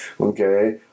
Okay